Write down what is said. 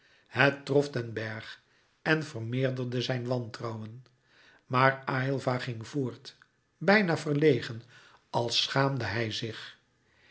het trof den bergh en vermeerderde zijn wantrouwen maar aylva ging voort bijna verlegen als schaamde hij zich